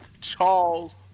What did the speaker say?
Charles